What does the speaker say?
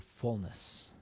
fullness